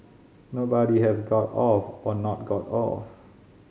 nobody has got off or not got off